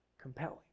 compelling